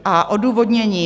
A odůvodnění.